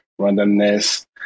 randomness